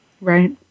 Right